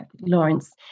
Lawrence